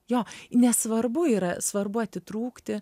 jo nesvarbu yra svarbu atitrūkti